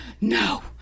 no